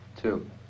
Two